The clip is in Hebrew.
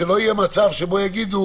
שלא יהיה מצב שבו יגידו